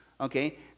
okay